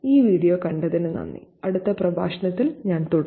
ഈ വീഡിയോ കണ്ടതിന് നന്ദി അടുത്ത പ്രഭാഷണത്തിൽ ഞാൻ തുടരും